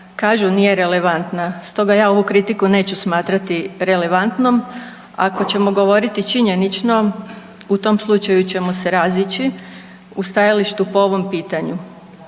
kažu nije relevantna. Stoga ja ovu kritiku neću smatrati relevantnom. Ako ćemo govoriti činjenično u tom slučaju ćemo se razići u stajalištu po ovom pitanju.